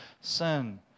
sin